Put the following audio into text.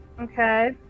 Okay